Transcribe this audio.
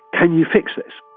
can you fix this?